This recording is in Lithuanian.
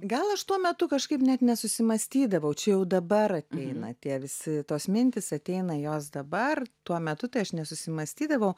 gal aš tuo metu kažkaip net nesusimąstydavau čia jau dabar ateina tie visi tos mintys ateina jos dabar tuo metu tai aš nesusimąstydavau